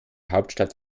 hauptstadt